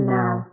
now